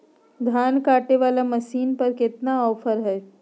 धान काटने वाला मसीन पर कितना ऑफर हाय?